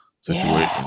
situation